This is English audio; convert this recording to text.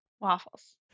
waffles